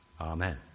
Amen